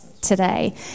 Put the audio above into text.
today